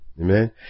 Amen